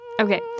Okay